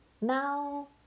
now